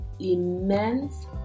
immense